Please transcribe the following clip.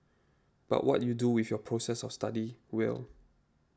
but what you do with your process of study will